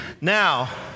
Now